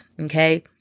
Okay